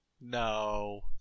No